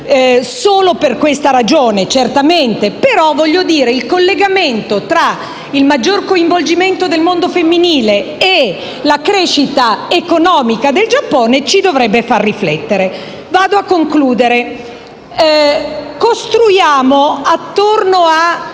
solo per questa ragione, certamente, però il collegamento tra il maggior coinvolgimento del mondo femminile e la crescita economica del Giappone ci dovrebbe far riflettere. Mi avvio a concludere. Costruiamo attorno a